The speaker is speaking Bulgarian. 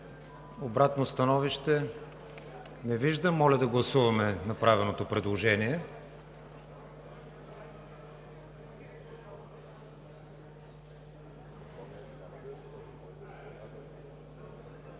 Обратно становище? Не виждам. Моля да гласуваме направеното предложение.